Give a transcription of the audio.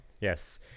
Yes